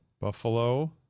Buffalo